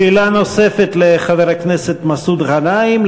שאלה נוספת לחבר הכנסת מסעוד גנאים.